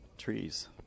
trees